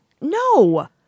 No